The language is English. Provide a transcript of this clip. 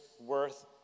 worth